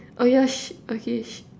oh yeah shit okay shit